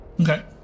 Okay